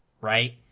right